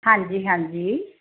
ਹਾਂਜੀ ਹਾਂਜੀ